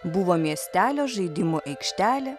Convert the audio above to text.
buvo miestelio žaidimų aikštelė